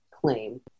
claim